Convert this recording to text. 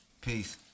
Peace